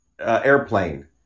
airplane